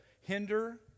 hinder